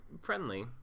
friendly